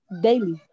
Daily